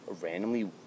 randomly